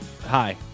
Hi